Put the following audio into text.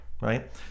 right